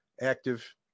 active